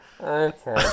Okay